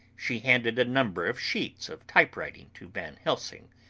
she handed a number of sheets of typewriting to van helsing.